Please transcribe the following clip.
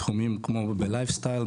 בתחומים כמו בלייף סטייל,